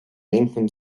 lincoln